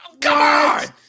God